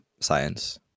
science